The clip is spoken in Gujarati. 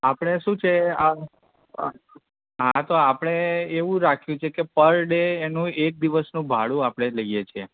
આપણે શું છે હા તો આપણે એવું રાખ્યું છે કે પર ડે એનું એક દિવસનું ભાડું આપણે લઈએ છીએ